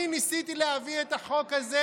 אני ניסיתי להביא את החוק הזה,